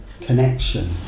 connection